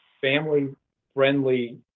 family-friendly